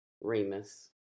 Remus